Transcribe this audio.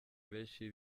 benshi